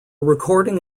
recording